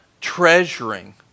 treasuring